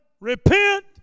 repent